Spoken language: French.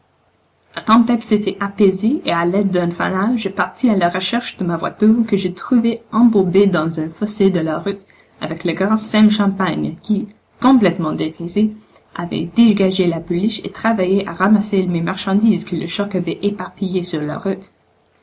la tempête s'était apaisée et à l'aide d'un fanal je partis à la recherche de ma voiture que je trouvai embourbée dans un fossé de la route avec le grand sem champagne qui complètement dégrisé avait dégagé la pouliche et travaillait à ramasser mes marchandises que le choc avait éparpillées sur la route